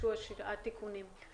נתבקשו שבעת התיקונים.